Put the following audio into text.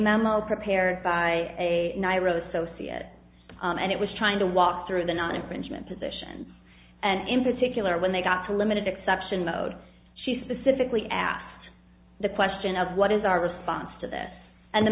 memo prepared by a nairo associate and it was trying to walk through the not infringement position and in particular when they got a limited exception load she specifically asked the question of what is our response to this and the